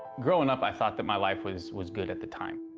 growing up, i thought that my life was was good at the time.